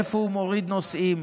איפה הוא מוריד נוסעים?